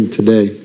today